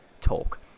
talk